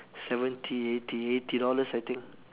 seventy eighty eighty dollars I think